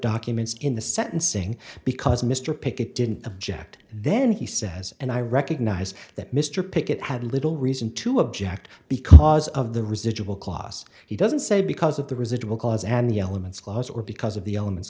documents in the sentencing because mr pickett didn't object then he says and i recognize that mr pickett had little reason to object because of the residual clause he doesn't say because of the residual cause and the elements close or because of the elements